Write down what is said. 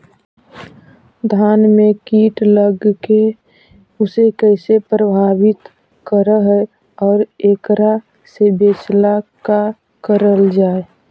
धान में कीट लगके उसे कैसे प्रभावित कर हई और एकरा से बचेला का करल जाए?